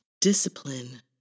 discipline